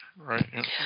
Right